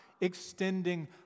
extending